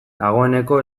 dagoeneko